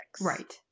right